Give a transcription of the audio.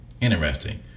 interesting